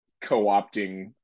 co-opting